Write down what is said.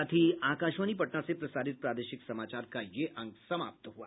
इसके साथ ही आकाशवाणी पटना से प्रसारित प्रादेशिक समाचार का ये अंक समाप्त हुआ